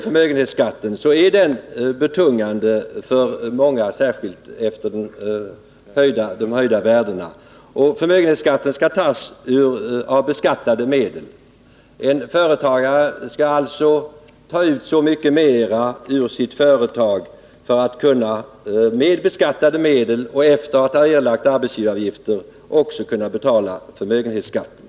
Förmögenhetsskatten är betungande för många, särskilt efter höjningen av värdena, och den skall tas av beskattade medel. En företagare skall alltså ta ut så mycket mera ur sitt företag att han med beskattade medel och efter att ha erlagt arbetsgivaravgifter också kan betala förmögenhetsskatten.